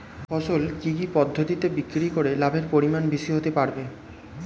ফসল কি কি পদ্ধতি বিক্রি করে লাভের পরিমাণ বেশি হতে পারবে?